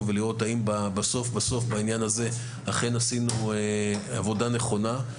ולראות אם בסוף בעניין הזה אכן עשינו עבודה נכונה.